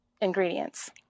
ingredients